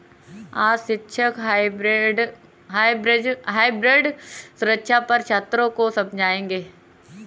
आज शिक्षक हाइब्रिड सुरक्षा पर छात्रों को समझाएँगे